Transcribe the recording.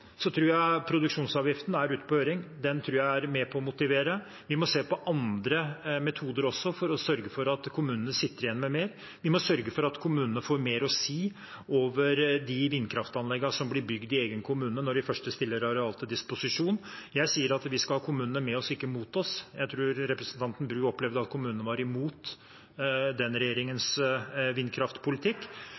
produksjonsavgiften ute på høring. Den tror jeg er med på å motivere. Vi må se på andre metoder også for å sørge for at kommunene sitter igjen med mer. Vi må sørge for at kommunene får mer å si i forbindelse med de vindkraftanleggene som blir bygd i egen kommune, når de først stiller arealer til disposisjon. Jeg sier at vi skal ha kommunene med oss, ikke mot oss. Jeg tror at representanten Bru opplevde at kommunene var imot den forrige regjeringens vindkraftpolitikk.